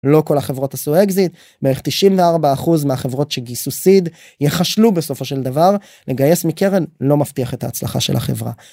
לא כל החברות עשו אקזיט, בערך 94% מהחברות שגייסו סיד, יכשלו בסופו של דבר. לגייס מקרן, לא מבטיח את ההצלחה של החברה.